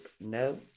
No